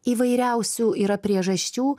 įvairiausių yra priežasčių